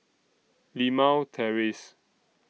Limau Terrace